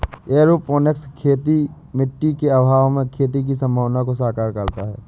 aeroponics खेती मिट्टी के अभाव में खेती की संभावना को साकार करता है